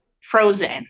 frozen